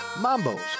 Mambo's